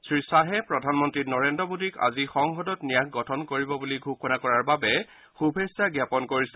শ্ৰীগ্বাহে প্ৰধানমন্ত্ৰী নৰেন্দ্ৰ মোদীক আজি সংসদত ন্যাস গঠন কৰিব বুলি ঘোষণা কৰাৰ বাবে শুভেচ্ছা জ্ঞাপন কৰিছে